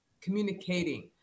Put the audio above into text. communicating